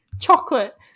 chocolate